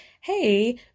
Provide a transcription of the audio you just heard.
hey